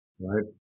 Right